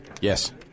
Yes